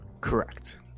Correct